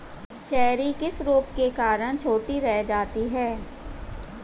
Cherry किस रोग के कारण छोटी रह जाती है?